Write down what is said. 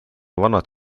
vanad